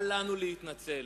אל לנו להתנצל.